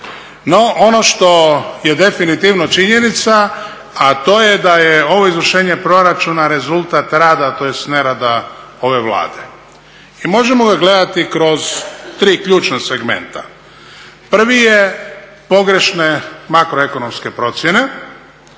No, ono što je definitivno činjenica, a to je da je ovo izvršenje proračuna rezultat rada tj. nerada ove Vlade. I možemo ga gledati kroz tri ključna segmenta. Prvi je pogrešne makroekonomske procjene.